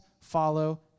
follow